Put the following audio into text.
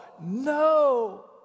No